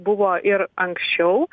buvo ir anksčiau